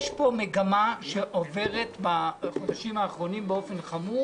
יש פה מגמה שעובדת בחודשים האחרונים באופן חמור